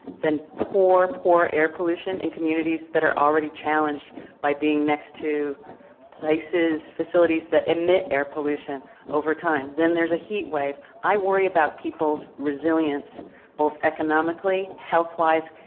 then poor, poor air pollution in communities that are already challenged by being next to places, facilities that emit air pollution over time. then there's a heat wave. i worry about people's resilience both economically, health wise,